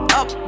up